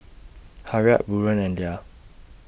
Harriet Buren and Lia